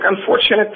unfortunately